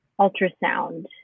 ultrasound